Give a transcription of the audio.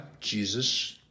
Jesus